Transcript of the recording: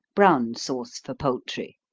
brown sauce for poultry.